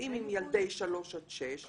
שנוסעים עם ילדי שלוש עד שש,